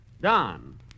Don